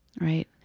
Right